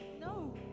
no